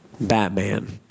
Batman